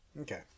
Okay